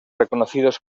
reconocidos